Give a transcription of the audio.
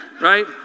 Right